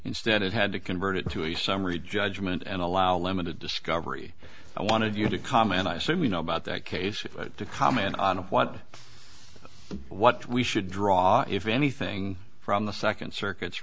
instead it had to convert it to a summary judgment and allow limited discovery i wanted you to comment i assume you know about that case to comment on what what we should draw if anything from the second circuit